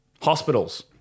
Hospitals